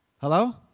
Hello